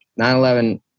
9-11